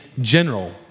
general